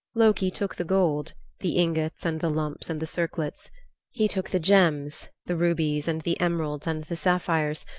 loki took the gold the ingots, and the lumps and the circlets he took the gems the rubies, and the emeralds and the sapphires,